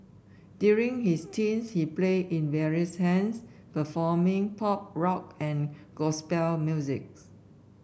during his teens he played in various hands performing pop rock and gospel music